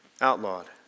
outlawed